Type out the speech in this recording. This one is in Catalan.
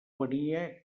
venia